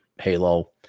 Halo